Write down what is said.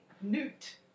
Newt